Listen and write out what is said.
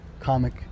comic